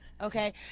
Okay